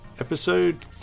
Episode